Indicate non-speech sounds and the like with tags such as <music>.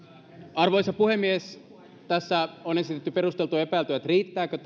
arvoisa puhemies tässä on esitetty perusteltuja epäilyjä riittääkö <unintelligible>